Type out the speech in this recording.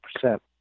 percent